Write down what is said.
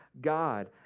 God